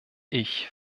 ich